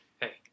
hey